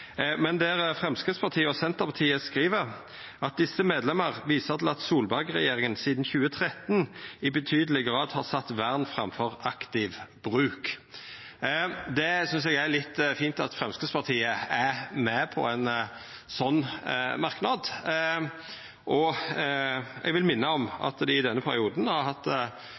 der Framstegspartiet og Senterpartiet skriv: «Disse medlemmer viser til at Solberg-regjeringen siden 2013 i betydelig grad har satt vern fremfor aktiv bruk.» Eg synest det er litt fint at Framstegspartiet er med på ein sånn merknad, og eg vil minna om at dei i denne perioden har hatt